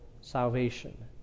salvation